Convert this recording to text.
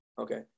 Okay